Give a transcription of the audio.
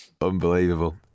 Unbelievable